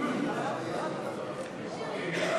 לאומי,